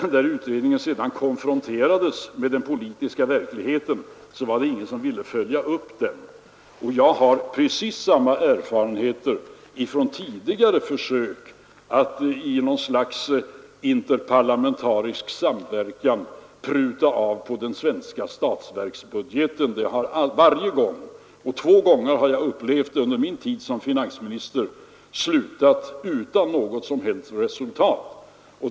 När utredningen sedan konfronterades med den politiska verkligheten var det ingen som ville följa upp den. Och jag har precis samma erfarenheter från tidigare försök att i något slags interparlamentarisk samverkan pruta av på den svenska statsverksbudgeten. Två gånger har jag upplevt det under min tid som finansminister, och varje gång har det slutat utan något som helst resultat.